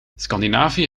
scandinavië